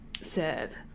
serve